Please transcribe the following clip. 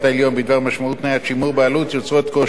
משמעות תניית שימור בעלות יוצרות קושי בעניין.